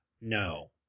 no